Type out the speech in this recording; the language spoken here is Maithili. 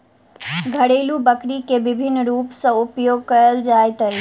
घरेलु बकरी के विभिन्न रूप सॅ उपयोग कयल जाइत अछि